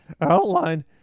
outline